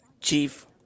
chief